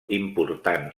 important